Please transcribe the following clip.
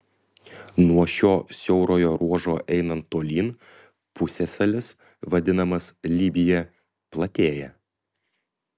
nuo šio siaurojo ruožo einant tolyn pusiasalis vadinamas libija platėja